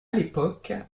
l’époque